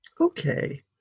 Okay